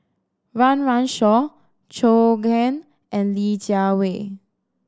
Run Run Shaw Zhou Can and Li Jiawei